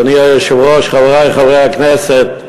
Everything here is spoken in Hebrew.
אדוני היושב-ראש, חברי חברי הכנסת,